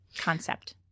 concept